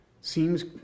seems